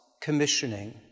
commissioning